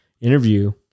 interview